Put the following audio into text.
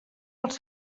els